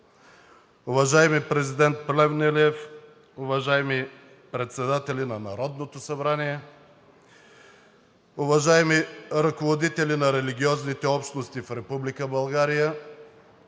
уважаеми президент Плевнелиев, уважаеми председатели на Народното събрание, уважаеми ръководители на религиозните общности в